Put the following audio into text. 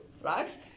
right